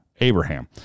Abraham